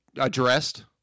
addressed